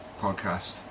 podcast